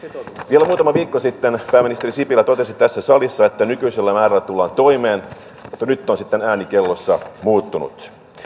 vielä muutama viikko sitten pääministeri sipilä totesi tässä salissa että nykyisellä määrällä tullaan toimeen mutta nyt on sitten ääni kellossa muuttunut